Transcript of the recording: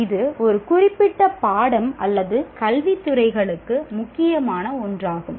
இது ஒரு குறிப்பிட்ட பாடம் அல்லது கல்வித் துறைகளுக்கு முக்கியமான ஒன்றாகும்